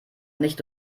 nicht